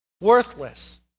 worthless